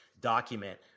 document